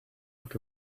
would